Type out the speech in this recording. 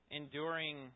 enduring